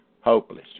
Hopeless